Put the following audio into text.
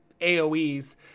Aoes